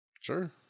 Sure